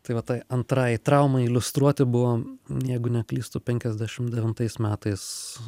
tai va tai antrai traumai iliustruoti buvo jeigu neklystu penkiasdešimt devintais metais